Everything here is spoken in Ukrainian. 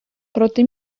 проти